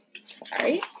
Sorry